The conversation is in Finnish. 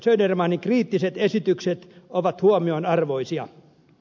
södermanin kriittiset esitykset ovat huomionarvoisia